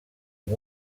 amb